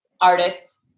artists